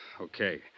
Okay